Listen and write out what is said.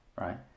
right